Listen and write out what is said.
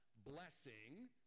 blessing